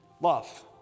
Love